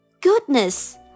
Goodness